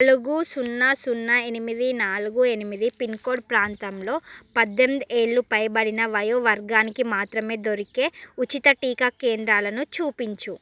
నాలుగు సున్నా సున్నా ఎనిమిది నాలుగు ఎనిమిది పిన్ కోడ్ ప్రాంతంలో పద్డెనిమిది ఏళ్ళు పైబడిన వయో వర్గానికి మాత్రమే దొరికే ఉచిత టీకా కేంద్రాలను చూపించుము